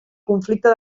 conflicte